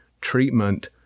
treatment